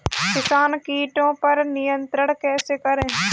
किसान कीटो पर नियंत्रण कैसे करें?